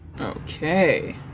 Okay